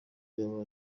yaba